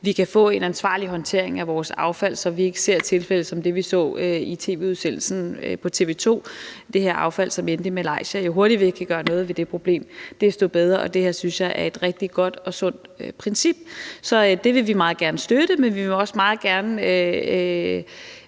vi kan få en ansvarlig håndtering af vores affald – så vi ikke ser tilfælde som det, vi så i tv-udsendelsen på TV 2 om det her affald, som endte i Malaysia – og kan gøre noget ved det problem, desto bedre. Det her synes jeg er et rigtig godt og sundt princip, så det vil vi meget gerne støtte. Men vi vil også meget gerne